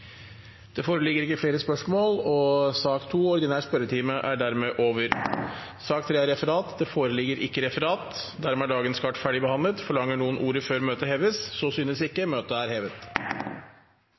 er dermed over. Det foreligger ikke noe referat. Dermed er dagens kart ferdigbehandlet. Forlanger noen ordet før møtet heves?